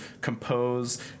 compose